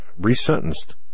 resentenced